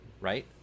right